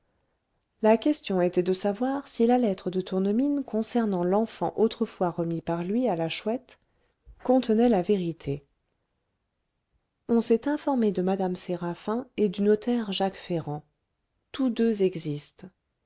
la question était de savoir si la lettre de tournemine concernant l'enfant autrefois remis par lui à la chouette contenait la vérité on s'est informé de mme séraphin et du notaire jacques ferrand tous deux existent